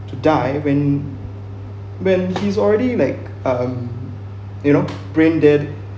to die when when he's already like um you know brain dead